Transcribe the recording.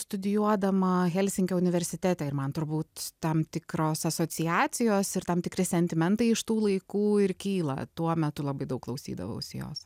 studijuodama helsinkio universitete ir man turbūt tam tikros asociacijos ir tam tikri sentimentai iš tų laikų ir kyla tuo metu labai daug klausydavausi jos